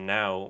now